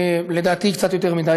לדעתי קצת יותר מדי,